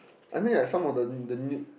I mean like some of the the new